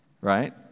right